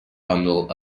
bundle